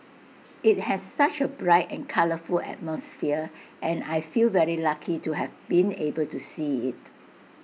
IT has such A bright and colourful atmosphere and I feel very lucky to have been able to see IT